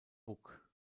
buck